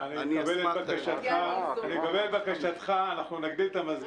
אני אשמח --- אני מקבל את בקשתך ונגביר את המזגן,